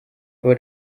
but